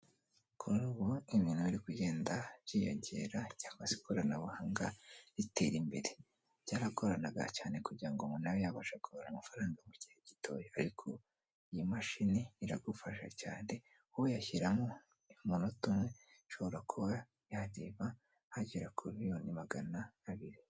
Kuri ubu, ibintu biri kugenda byiyongera cyangwa se ikoranabuhanga ritera imbere. Byaragoranaga cyane kugira ngo umuntu abe yabashe kubara amafaranga mu gihe gitoya, ariko iyi mashini iragufasha cyane, uyashyiramo umunota umwe, ishobora kuba yareba agera kuri miliyoni magana abiri.